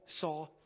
saw